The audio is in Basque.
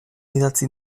idatzi